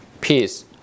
peace